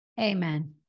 Amen